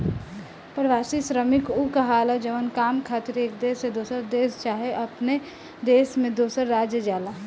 प्रवासी श्रमिक उ कहाला जवन काम खातिर एक देश से दोसर देश चाहे अपने देश में दोसर राज्य जाला